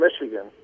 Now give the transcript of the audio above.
Michigan